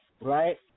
Right